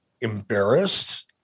embarrassed